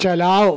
چلاؤ